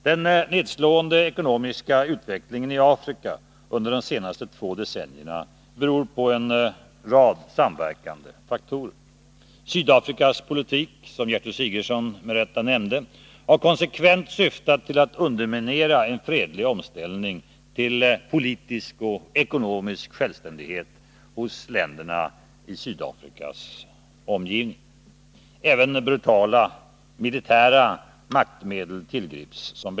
Den nedslående ekonomiska utvecklingen i Afrika under de senaste två decennierna beror på en rad samverkande faktorer. Sydafrikas politik, som Gertrud Sigurdsen med rätta nämnde, har konsekvent syftat till att underminera en fredlig omställning till politisk och ekonomisk självständighet hos länderna i Sydafrikas omgivning. Även brutala militära maktmedel tillgrips.